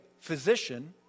physician